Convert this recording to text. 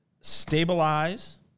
Stabilize